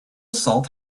salt